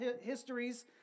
histories